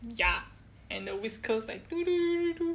ya and the whiskers like